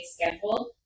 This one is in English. scheduled